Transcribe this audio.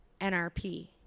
NRP